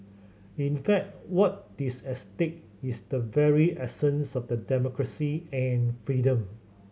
in fact what is at stake is the very essence of the democracy and freedom